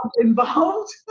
involved